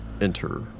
enter